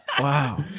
Wow